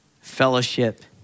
fellowship